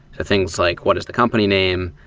things like what is the company name?